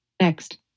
Next